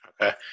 Okay